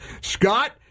Scott